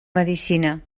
medecina